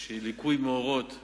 איזה ליקוי מאורות,